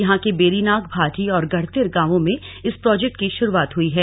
यहां के बेरीनाग भाटी और गढ़तिर गांवों में इस प्रोजेक्ट की शुरुआत हई है